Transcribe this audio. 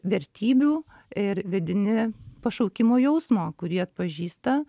vertybių ir vedini pašaukimo jausmo kurį atpažįsta